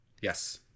Yes